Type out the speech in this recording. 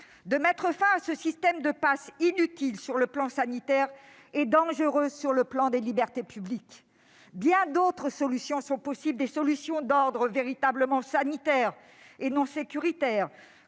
de mettre fin à ce système de passe, à la fois inutile du point de vue sanitaire et dangereux pour les libertés publiques. Bien d'autres solutions sont possibles, des solutions d'ordre véritablement sanitaire et non sécuritaire,